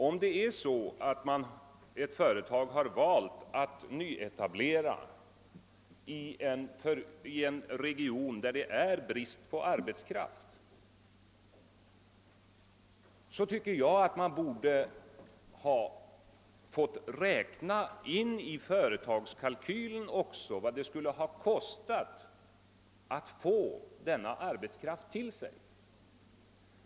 Om ett företag har valt att nyetablera i en region där det råder brist på arbetskraft, tycker jag att man borde få räkna in i företagskalkylen också vad det skulle kosta att rekrytera denna arbetskraft.